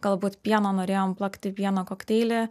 galbūt pieno norėjom plakti pieno kokteilį